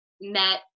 met